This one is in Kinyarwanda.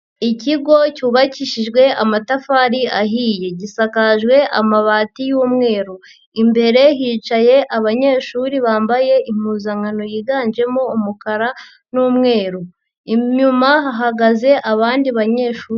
Ikigo cyubakishijwe amatafari ahiye gisakajwe amabati y'umweru, imbere hicaye abanyeshuri bambaye impuzankano yiganjemo umukara n'umweru, inyuma hagaze abandi banyeshuri.